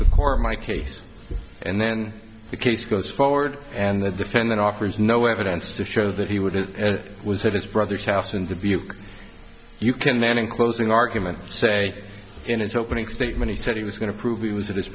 the core of my case and then the case goes forward and the defendant offers no evidence to show that he would have his brother's house in the view you can man in closing argument say in his opening statement he said he was going to prove he was at his